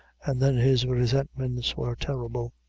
and then his resentments were terrible.